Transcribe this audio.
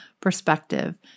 perspective